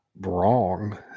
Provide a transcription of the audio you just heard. wrong